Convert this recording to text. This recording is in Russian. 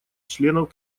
членов